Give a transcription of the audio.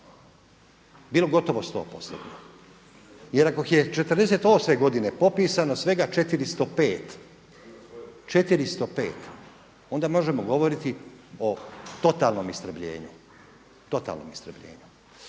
Bilo gotovo sto postotno. Jer ako je '48. godine popisano svega 405, onda možemo govoriti o totalnom istrebljenju,